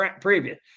previous